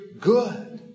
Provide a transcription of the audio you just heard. good